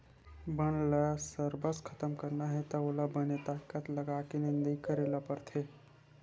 बन ल सरबस खतम करना हे त ओला बने ताकत लगाके निंदई करे ल परथे